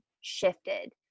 shifted